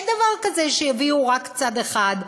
אין דבר כזה שיביאו רק צד אחד,